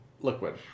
liquid